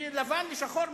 מלבן לשחור,